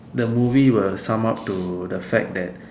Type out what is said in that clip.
the movie will Sum up to the fact that